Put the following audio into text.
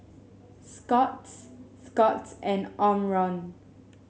Scott's Scott's and Omron